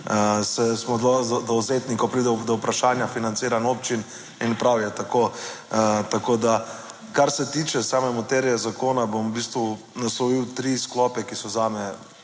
smo dovzetni, ko pride do vprašanja financiranja občin in prav je tako. Tako da kar se tiče same materije zakona, bom v bistvu naslovil tri sklope, ki so zame